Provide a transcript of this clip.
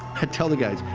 tell the guys,